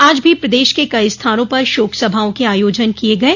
आज भी प्रदेश के कई स्थानों पर शोक सभाओं के आयोजन किये गये